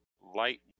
light